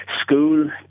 school